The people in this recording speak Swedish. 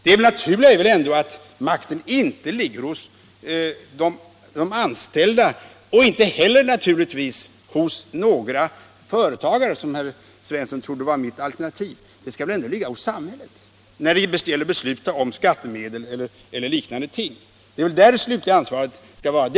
Det naturliga är väl att makten inte ligger hos de anställda och inte heller hos några företagare, vilket herr Svensson i Malmö trodde var mitt alternativ. Makten skall väl ändå ligga hos samhället när det gäller att besluta om skattemedel och liknande ting. Det är väl där det slutliga ansvaret skall ligga.